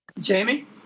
Jamie